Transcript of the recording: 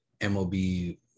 MLB